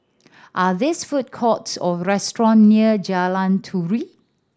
are these food courts or restaurant near Jalan Turi